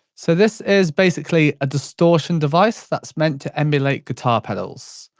so this is basically a distortion device that's meant to emulate guitar pedals.